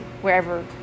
wherever